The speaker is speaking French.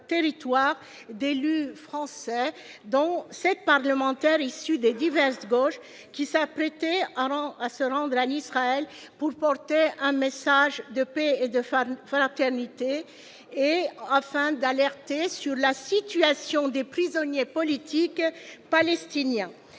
territoire d'élus français, dont 7 parlementaires issus des diverses gauche qui s'apprêtaient auront à se rendre à l'Israël pour porter un message de paix et de femmes, actualité et afin d'alerter sur la situation des prisonniers politiques palestiniens,